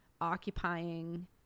occupying